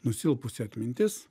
nusilpusi atmintis